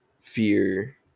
fear